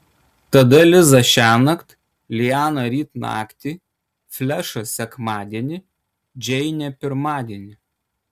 tada liza šiąnakt liana ryt naktį flešas sekmadienį džeinė pirmadienį